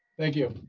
thank you?